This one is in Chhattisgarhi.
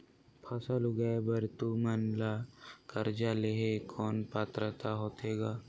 फसल उगाय बर तू मन ला कर्जा लेहे कौन पात्रता होथे ग?